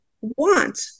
want